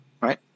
right